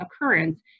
occurrence